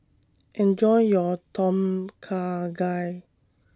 Enjoy your Tom Kha Gai